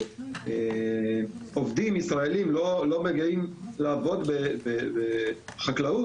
או שעובדים ישראלים לא מגיעים לעבוד בחקלאות,